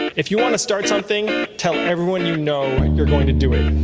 if you want to start something tell everyone you know you're going to do it.